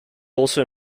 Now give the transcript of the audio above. also